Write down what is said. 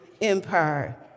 empire